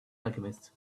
alchemist